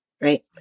Right